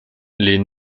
les